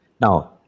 Now